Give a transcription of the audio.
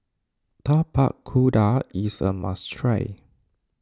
Tapak Kuda is a must try